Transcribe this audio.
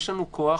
יש לנו כוח,